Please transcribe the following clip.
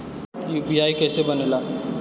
UPI कईसे बनेला?